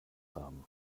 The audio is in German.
haben